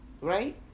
Right